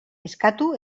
eskatu